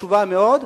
חשובה מאוד,